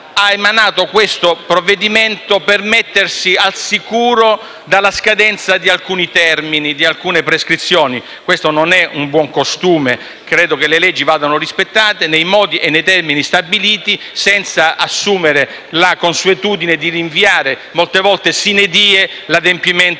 ha emanato il provvedimento per mettersi al sicuro dalla scadenza di alcuni termini e di alcune prescrizioni. Questo non è un buon costume. Credo che le leggi vadano rispettate nei modi e nei termini stabiliti, senza assumere la consuetudine di rinviare, molte volte *sine die*, l'adempimento